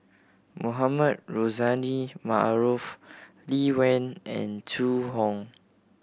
Mohamed Rozani Maarof Lee Wen and Zhu Hong